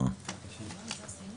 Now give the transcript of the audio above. ו-(4)(א) עד (ג) השתנה לנו.